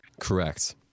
Correct